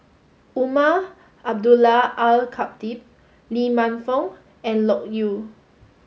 Umar Abdullah Al Khatib Lee Man Fong and Loke Yew